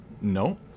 no